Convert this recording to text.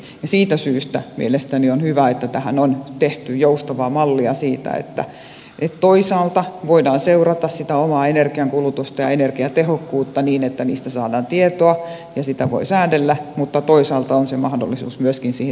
siitä syystä mielestäni on hyvä että tähän on tehty joustavaa mallia siitä että toisaalta voidaan seurata sitä omaa energiankulutusta ja energiatehokkuutta niin että niistä saadaan tietoa ja sitä voi säädellä mutta toisaalta on se mahdollisuus myöskin siihen tasalaskutukseen